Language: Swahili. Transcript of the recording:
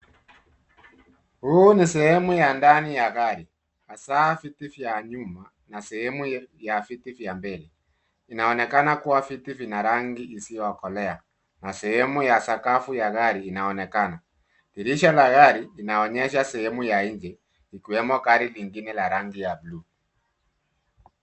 Huu ni sehemu ya ndani ya gari, hasa viti vya nyuma na sehemu ya viti vya mbele. Inaonekana kua viti vina rangi isiyokolea, na sehemu ya sakafu ya gari inaonekana. Dirisha la gari inaonyesha sehemu ya nje, ikiwemo gari lingine la rangi ya blue .